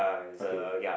okay